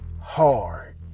hard